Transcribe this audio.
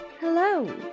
hello